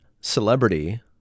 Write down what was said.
celebrity